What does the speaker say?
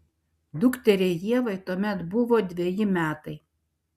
dukteriai ievai tuomet buvo dveji metai